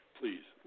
please